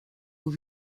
aux